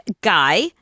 Guy